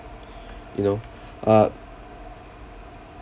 you know uh